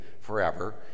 forever